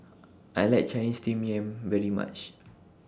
I like Chinese Steamed Yam very much